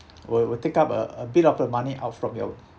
will will take up uh a bit of your money out from your